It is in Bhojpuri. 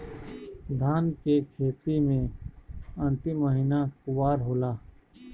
धान के खेती मे अन्तिम महीना कुवार होला?